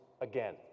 again